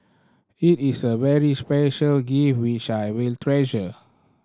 it is a very special gift which I will treasure